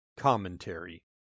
commentary